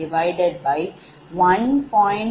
01755 p